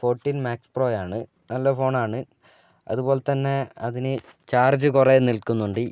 fourteen max പ്രോയാണ് നല്ല phone ആണ് അതുപോലതന്നെ അതിന് ചാർജ് കുറേ നിൽക്കുന്നുണ്ട്